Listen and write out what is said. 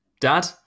dad